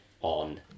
on